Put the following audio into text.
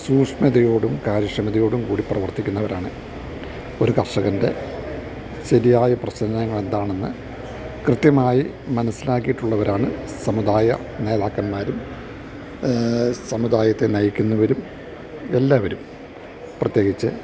സൂക്ഷ്മതയോടും കാര്യക്ഷമതയോടും കൂടി പ്രവർത്തിക്കുന്നവരാണ് ഒരു കർഷകൻ്റെ ശരിയായ പ്രശ്നങ്ങൾ എന്താണെന്ന് കൃത്യമായി മനസ്സിലാക്കിയിട്ടുള്ളവരാണ് സമുദായ നേതാക്കന്മാരും സമുദായത്തെ നയിക്കുന്നവരും എല്ലാവരും പ്രത്യേകിച്ച്